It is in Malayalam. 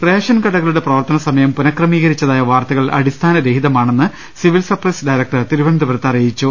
റേഷൻ കടകളുടെ പ്രവർത്തനസമയം പുനക്രമീകരിച്ചതായ വാർത്തകൾ അടി സ്ഥാന രഹിതമാണെന്ന് സിവിൽ സപ്പൈസ് ഡയറക്ടർ തിരുവനന്തപുരത്ത് അറി യിച്ചു